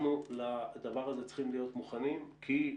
אנחנו לדבר הזה צריכים להיות מוכנים כי,